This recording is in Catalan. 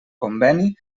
conveni